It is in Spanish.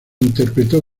interpretó